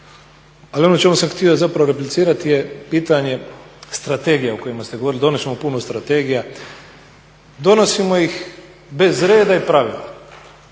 Ali ono čemu sam htio zapravo replicirati je pitanje strategija o kojima ste govorili, donijet ćemo puno strategija, donosimo ih bez rada i pravila,